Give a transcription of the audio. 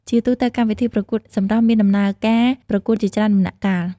ជាទូទៅ កម្មវិធីប្រកួតសម្រស់មានដំណើរការប្រកួតជាច្រើនដំណាក់កាល។